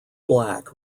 black